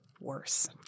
worse